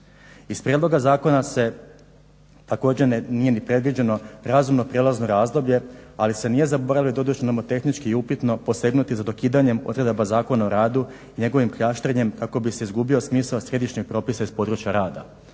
Iz prijedloga zakona se također nije ni predviđeno razumno prijelazno razdoblje, ali se nije zaboravilo … nomotehnički i upitno posegnuti za dokidanjem odredaba Zakona o radu, njegovim kljaštrenjem kako bi se izgubio smisao središnjeg propisa iz područja rada,